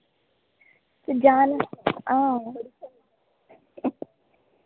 ते जाना आं